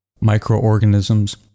microorganisms